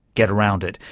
get around it.